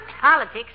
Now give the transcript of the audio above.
politics